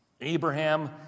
Abraham